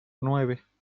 nueve